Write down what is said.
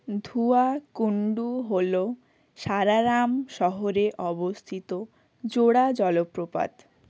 ধুয়া কুণ্ড হলো সারারাম শহরে অবস্থিত জোড়া জলপ্রপাত